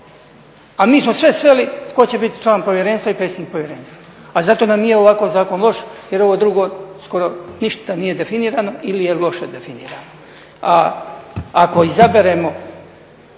A mi smo sve sveli tko će biti član povjerenstva i predsjednik povjerenstva. A zato nam nije ovako zakon loš jer ovo drugo skoro ništa nije definirano ili je loše definirano. A ako izaberemo